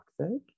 Toxic